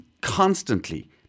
constantly